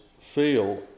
feel